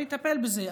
אני אטפל בזה,